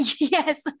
yes